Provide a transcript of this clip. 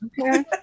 okay